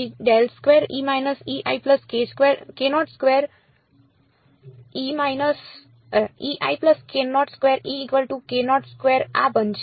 તેથી પછી આ બનશે